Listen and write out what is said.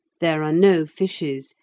there are no fishes,